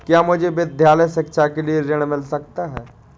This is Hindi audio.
क्या मुझे विद्यालय शिक्षा के लिए ऋण मिल सकता है?